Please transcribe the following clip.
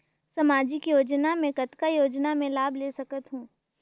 समाजिक योजना मे कतना योजना मे लाभ ले सकत हूं?